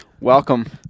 Welcome